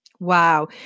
Wow